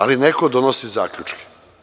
Ali, neko donosi zaključke.